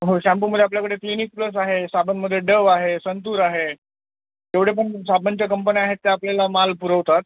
हो शाम्पूमध्ये आपल्याकडे क्लिनिक प्लस आहे साबणमध्ये डव आहे संतूर आहे जेवढे पण साबणच्या कंपन्या आहेत त्या आपल्याला माल पुरवतात